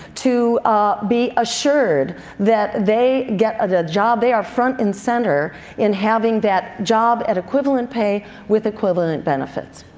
to be assured that they get a job, they are front and center in having that job at equivalent pay with equivalent benefits.